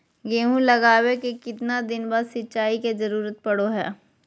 गेहूं लगावे के कितना दिन बाद सिंचाई के जरूरत पड़ो है?